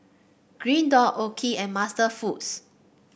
Green Dot OKI and MasterFoods